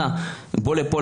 אנא בוא לפה,